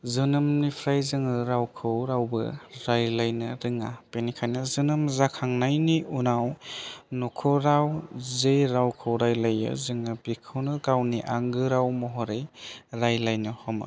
जोनोमनिफ्राय जोङो रावखौ रावबो रायज्लायनो रोङा बिनिखायनो जोनोम जाखांनायनि उनाव नखराव जे रावखौ रायज्लायो जोङो बेखौनो गावनि आंगो राव महरै रायज्लायनो हमो